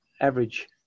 average